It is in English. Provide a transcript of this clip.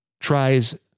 tries